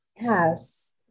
yes